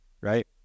right